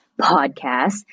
podcast